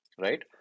right